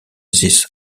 this